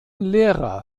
lehrer